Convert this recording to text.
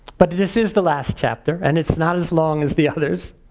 but this is the last chapter and it's not as long as the others.